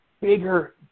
bigger